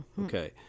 Okay